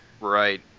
right